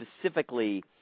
specifically